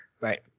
right